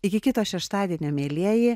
iki kito šeštadienio mielieji